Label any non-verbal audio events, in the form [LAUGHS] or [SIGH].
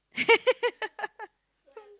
[LAUGHS]